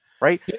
right